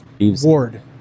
Ward